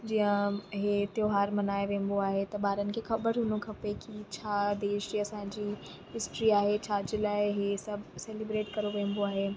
जीअं हे त्योहार मनाए वेंबो आहे त ॿारनि खे ख़बर हुजणु खपे की छा देश जे असांजी हिस्ट्री आहे छा जे सभु सेलीब्रेट करो वेंदो आहे